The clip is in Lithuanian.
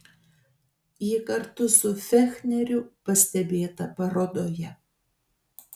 ji kartu su fechneriu pastebėta parodoje